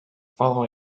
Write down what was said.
follow